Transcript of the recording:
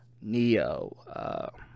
Neo